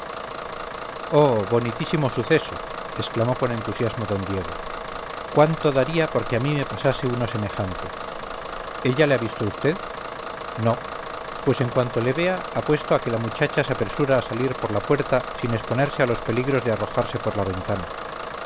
bonitísimo suceso exclamó con entusiasmo d diego cuánto daría porque a mí me pasase uno semejante ella le ha visto a vd no pues en cuanto le vea apuesto a que la muchacha se apresura a salir por la puerta sin exponerse a los peligros de arrojarse por la ventana